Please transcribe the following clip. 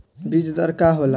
बीज दर का होला?